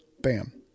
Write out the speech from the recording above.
bam